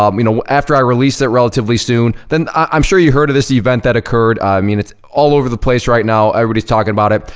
um you know, after i release it relatively soon, then i'm sure you heard of this event that occurred, i mean, it's all over the place right now, everybody's talking about it.